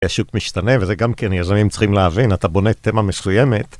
השוק משתנה, וזה גם כן, יזמים צריכים להבין, אתה בונה תמה מסוימת.